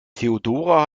theodora